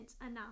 enough